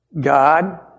God